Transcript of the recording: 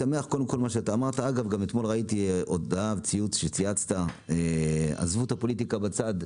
אתמול ראיתי ציוץ שציינת: עזבו את הפוליטיקה בצד.